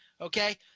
Okay